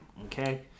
okay